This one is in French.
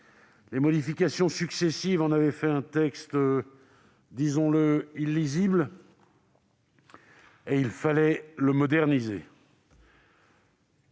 Les modifications successives en avaient fait un texte devenu illisible ; il fallait donc le moderniser.